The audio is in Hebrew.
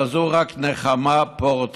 אבל זו רק נחמה פורתא.